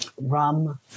rum